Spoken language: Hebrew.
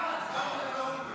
הוספת גופים ציבוריים),